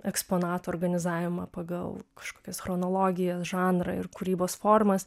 eksponatų organizavimą pagal kažkokias chronologijas žanrą ir kūrybos formas